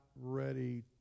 ready